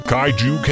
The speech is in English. Kaiju